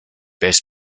bears